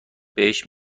بهش